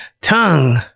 Tongue